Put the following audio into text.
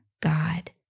God